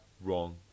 wrong